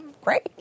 great